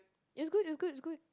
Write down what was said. it's good it's good it's good